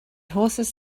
horses